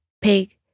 pig